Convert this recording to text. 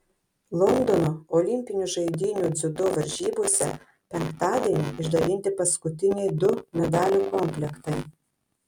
londono olimpinių žaidynių dziudo varžybose penktadienį išdalinti paskutiniai du medalių komplektai